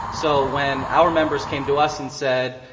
so when our members came to us and said,